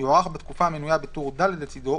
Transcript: יוארך בתקופה המנויה בטור ד' לצדו,